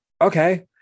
okay